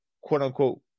quote-unquote